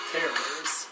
Terrors